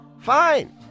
Fine